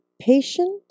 patient